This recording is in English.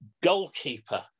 goalkeeper